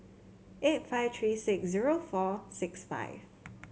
eight five three six zero four six five